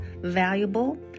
valuable